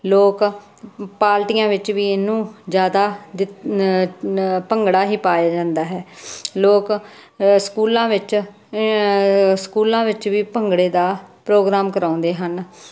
ਲੋਕ ਪਾਰਟੀਆਂ ਵਿੱਚ ਵੀ ਇਹਨੂੰ ਜ਼ਿਆਦਾ ਭੰਗੜਾ ਹੀ ਪਾਇਆ ਜਾਂਦਾ ਹੈ ਲੋਕ ਸਕੂਲਾਂ ਵਿੱਚ ਸਕੂਲਾਂ ਵਿੱਚ ਵੀ ਭੰਗੜੇ ਦਾ ਪ੍ਰੋਗਰਾਮ ਕਰਵਾਉਂਦੇ ਹਨ